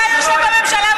אתה יושב בממשלה,